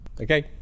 Okay